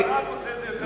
ברק עושה את זה יותר טוב.